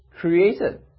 created